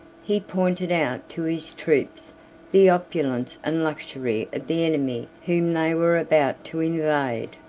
he pointed out to his troops the opulence and luxury of the enemy whom they were about to invade.